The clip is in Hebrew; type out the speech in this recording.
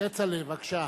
מצביע ישראל כץ, מצביע